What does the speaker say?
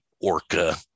orca